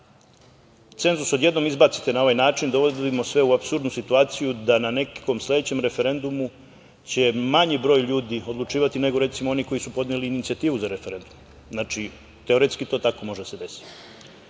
cenzus odjednom izbacite na ovaj način, dovodimo sve u apsurdnu situaciju da na nekom sledećem referendumu će manji broj ljudi odlučivati nego, recimo, oni koji su podneli inicijativu za referendum. Znači, teoretski to tako može da se desi,